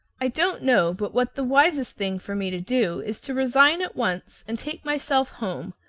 i don't know but what the wisest thing for me to do is to resign at once and take myself home,